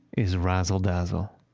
is razzle-dazzle